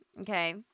Okay